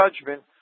judgment